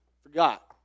forgot